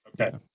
Okay